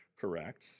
correct